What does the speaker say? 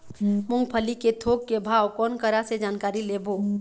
मूंगफली के थोक के भाव कोन करा से जानकारी लेबो?